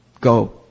Go